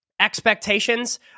expectations